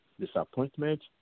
disappointment